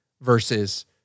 versus